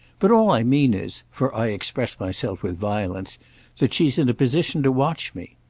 but all i mean is for i express myself with violence that she's in a position to watch me.